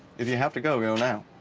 if you have to go, go now.